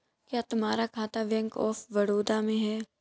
क्या तुम्हारा खाता बैंक ऑफ बड़ौदा में है?